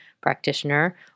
practitioner